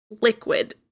liquid